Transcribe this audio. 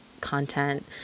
content